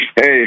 Hey